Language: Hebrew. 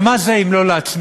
ומה זה אם לא להצמיד